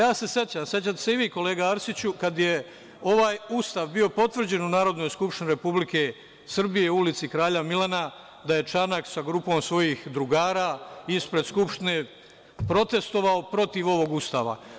Ja se sećam, sećate se i vi kolega Arsiću, kad je ovaj Ustav bio potvrđen u Narodnoj skupštini Republike Srbije, u Ulici Kralja Milana, da je Čanak sa grupom svojih drugara ispred Skupštine protestvovao protiv ovog Ustava.